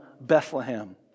Bethlehem